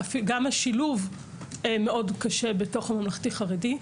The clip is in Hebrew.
גם השילוב מאוד קשה בתוך הממלכתי חרדי.